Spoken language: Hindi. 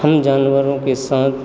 हम जानवरों के साथ